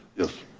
yes.